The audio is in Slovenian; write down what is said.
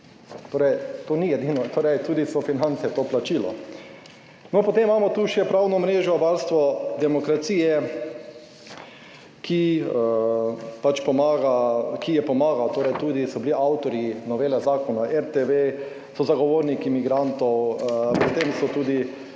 Torej, to ni edino, torej tudi so finance to plačilo. Potem imamo tu še pravno mrežo varstvo demokracije, ki pač pomaga, ki je pomagal. Torej, tudi so bili avtorji novele zakona o RTV, so zagovorniki migrantov, s tem so tudi